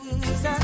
Jesus